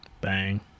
Bang